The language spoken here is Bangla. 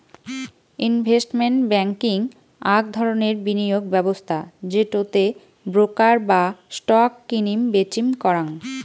ইনভেস্টমেন্ট ব্যাংকিং আক ধরণের বিনিয়োগ ব্যবস্থা যেটো তে ব্রোকার রা স্টক কিনিম বেচিম করাং